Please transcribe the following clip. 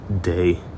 Day